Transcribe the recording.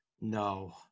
no